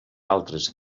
altres